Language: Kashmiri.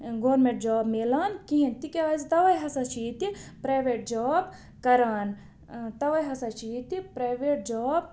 گورمٮ۪نٛٹ جاب مِلان کِہیٖنۍ تِکیٛازِ تَوَے ہسا چھِ ییٚتہِ پرٛایویٹ جاب کران تَوَے ہَسا چھِ ییٚتہِ پرٛایویٹ جاب